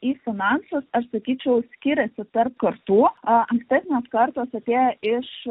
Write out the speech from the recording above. į finansus aš sakyčiau skiriasi tarp kartų ankstesnės kartos atėję iš